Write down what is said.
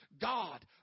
God